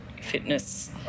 fitness